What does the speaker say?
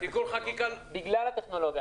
אנחנו מבקשים את הדחייה בגלל המורכבות הטכנולוגית.